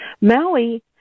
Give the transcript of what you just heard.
Maui